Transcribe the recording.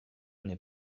n’est